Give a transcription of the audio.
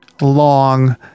long